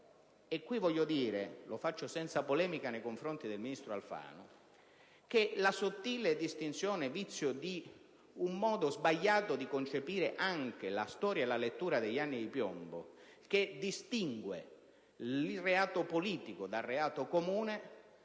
comune. Voglio altresì dire - senza polemica nei confronti del ministro Alfano - che la sottile distinzione (indice di un modo sbagliato di concepire anche la storia e la lettura degli anni di piombo) che distingue il reato politico dal reato comune